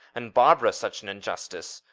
and barbara such an injustice.